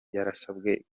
yarasabwe